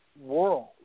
world